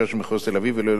ולא על-ידי בתי-המשפט.